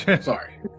Sorry